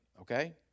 okay